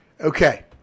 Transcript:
okay